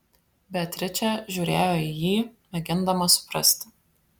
beatričė žiūrėjo į jį mėgindama suprasti